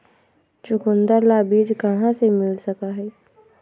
चुकंदर ला बीज कहाँ से मिल सका हई?